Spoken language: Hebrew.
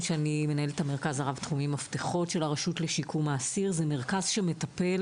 מרכז מפתחות של הרשות לשיקום האסיר זה מרכז שמטפל